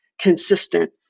consistent